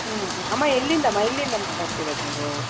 ಹ್ಞೂ ಹ್ಞೂ ಅಮ್ಮ ಎಲ್ಲಿಂದಮ್ಮ ಎಲ್ಲಿಂದ ಮಾತಾಡ್ತಿರದು ನೀವು